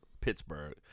Pittsburgh